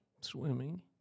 Swimming